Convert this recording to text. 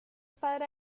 padre